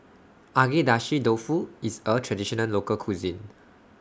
Agedashi Dofu IS A Traditional Local Cuisine